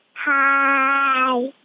Hi